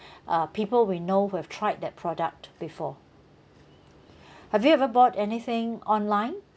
uh people we know who have tried that product before have you ever bought anything online